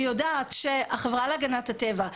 ויודעת שהחברה להגנת הטבע,